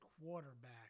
quarterback